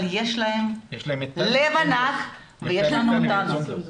אבל יש להם לב ענק ויש להם אותנו.